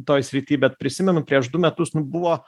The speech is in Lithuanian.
toj srity bet prisimenu prieš du metus nu buvo